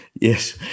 Yes